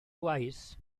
waith